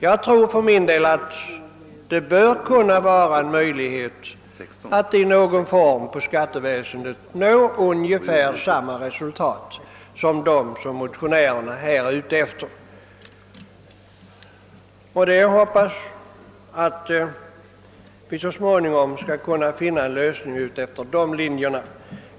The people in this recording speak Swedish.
Jag tror för min del att det bör kunna vara möjligt att i någon form skattevägen nå ungefär samma resultat som dem motionärerna eftersträvar. Det är att hoppas att vi så småningom skall kunna finna en lösning efter dessa linjer.